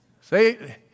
Say